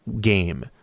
game